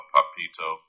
Papito